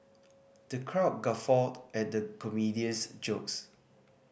the crowd guffawed at the comedian's jokes